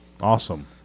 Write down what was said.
Awesome